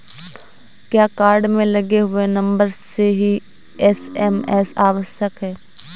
क्या कार्ड में लगे हुए नंबर से ही एस.एम.एस आवश्यक है?